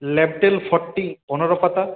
ল্যাবডেল forty পনেরো পাতা